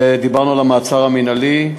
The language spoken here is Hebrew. דיברנו על המעצר המינהלי,